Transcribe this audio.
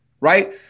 Right